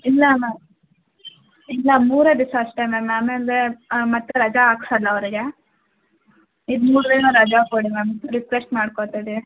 ಇಲ್ಲ ಮ್ಯಾಮ್ ಇಲ್ಲ ಮೂರೇ ದಿವಸ ಅಷ್ಟೇ ಮ್ಯಾಮ್ ಆಮೇಲೆ ಮತ್ತು ರಜಾ ಹಾಕ್ಸಲ್ಲ ಅವರಿಗೆ ಇದು ಮೂರು ದಿನ ರಜಾ ಕೊಡಿ ಮ್ಯಾಮ್ ರಿಕ್ವೆಸ್ಟ್ ಮಾಡ್ಕೊತಾ ಇದೀವಿ